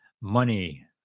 money